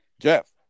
Jeff